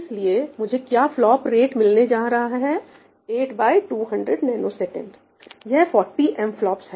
इसलिए मुझे क्या फ्लॉप FLOP रेट मिलने जा रहा है 8200 ns यह 40 MFLOPS है